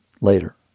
later